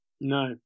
No